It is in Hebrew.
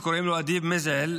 שקוראים לו אדיב מזעל,